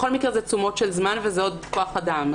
בכל מקרה אלה תשומות של זמן וכוח אדם.